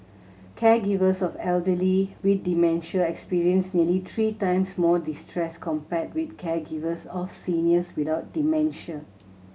caregivers of elderly with dementia experienced nearly three times more distress compared with caregivers of seniors without dementia